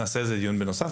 נעשה על זה דיון נוסף.